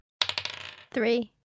Three